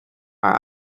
are